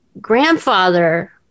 grandfather